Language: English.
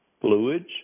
fluids